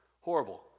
Horrible